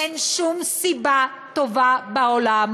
אין שום סיבה טובה בעולם